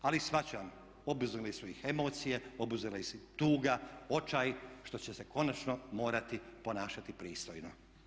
Ali shvaćam, obuzele su ih emocije, obuzela ih je tuga, očaj što će se konačno morati ponašati pristojno.